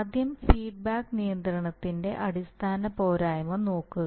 ആദ്യം ഫീഡ്ബാക്ക് നിയന്ത്രണത്തിന്റെ അടിസ്ഥാന പോരായ്മ നോക്കുക